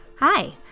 Hi